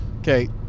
Okay